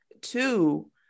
Two